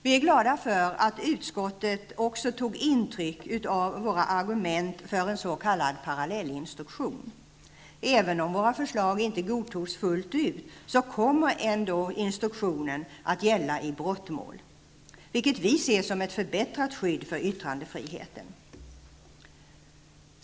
Vi är glada för att utskottet också tog intryck av våra argument för en s.k. parallellinstruktion. Även om våra förslag inte godtogs fullt ut, kommer ändå instruktionen att gälla i brottmål. Det ser vi som ett förbättrat skydd för yttrandefriheten.